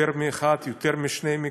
יותר מאחד, יותר משני מקרים,